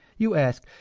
you ask,